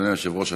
אדוני היושב-ראש,